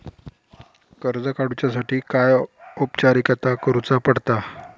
कर्ज काडुच्यासाठी काय औपचारिकता करुचा पडता?